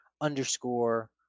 underscore